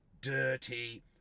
dirty